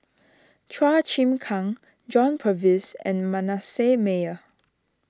Chua Chim Kang John Purvis and Manasseh Meyer